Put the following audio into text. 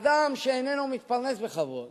אדם שאיננו מתפרנס בכבוד